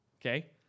okay